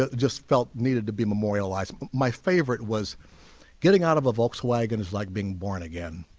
ah just felt needed to be memorialized my favorite was getting out of a volkswagen is like being born again